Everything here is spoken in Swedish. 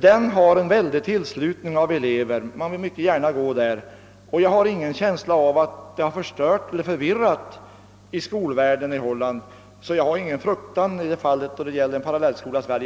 den andra — har en mycket stor elevtillströmning. Jag har ingen känsla av att detta åstadkommit förvirring på skolans område i Holland, och därför hyser jag ingen fruktan för en parallellskola i Sverige.